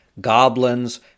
Goblins